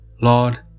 Lord